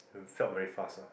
felt very fast ah